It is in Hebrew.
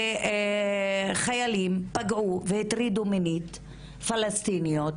שחיילים פגעו והטרידו מינית פלסטיניות